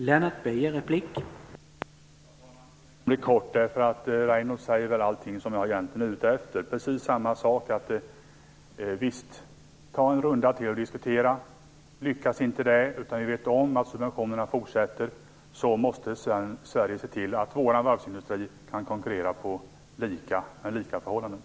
Herr talman! Jag kan fatta mig kort. Reynoldh Furustrand säger allt det som jag egentligen är ute efter. Visst, ta en runda till och diskutera! Lyckas inte det, utan vi vet att subventionerna fortsätter, måste Sverige se till att vår varvsindustri kan konkurrera på lika villkor.